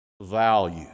value